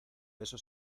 beso